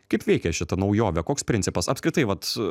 kaip veikia šita naujovė koks principas apskritai vat